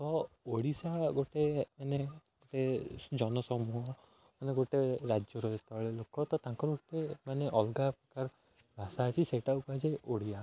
ତ ଓଡ଼ିଶା ଗୋଟେ ମାନେ ଗୋଟେ ଜନ ସମୂହ ମାନେ ଗୋଟେ ରାଜ୍ୟର ଯେତେବେଳେ ଲୋକ ତ ତାଙ୍କର ଗୋଟେ ମାନେ ଅଲଗା ପ୍ରକାର ଭାଷା ଅଛି ସେଇଟା କୁହାଯାଏ ଓଡ଼ିଆ